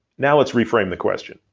now let's reframe the question.